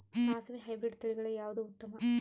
ಸಾಸಿವಿ ಹೈಬ್ರಿಡ್ ತಳಿಗಳ ಯಾವದು ಉತ್ತಮ?